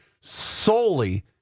solely